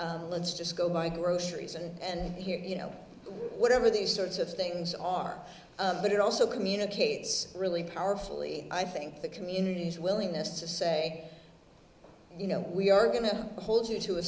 when let's just go buy groceries and here you know whatever these sorts of things are but it also communicates really powerfully i think the community is willingness to say you know we are going to hold you to a